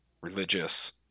religious